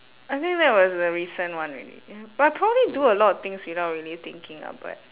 I think that was the recent one already but I probably do a lot things without really thinking ah but